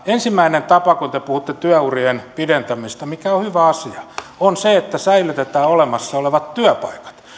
ensimmäinen tapa te puhutte työurien pidentämisestä mikä on hyvä asia on se että säilytetään olemassa olevat työpaikat